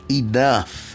enough